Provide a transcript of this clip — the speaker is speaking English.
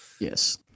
Yes